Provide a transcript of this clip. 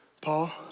Paul